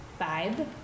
vibe